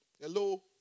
Hello